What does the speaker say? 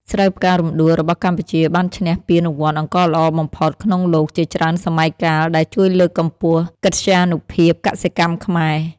ស្រូវផ្ការំដួលរបស់កម្ពុជាបានឈ្នះពានរង្វាន់អង្ករល្អបំផុតក្នុងលោកជាច្រើនសម័យកាល ដែលជួយលើកកម្ពស់កិត្យានុភាពកសិកម្មខ្មែរ។